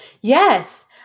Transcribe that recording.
yes